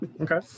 Okay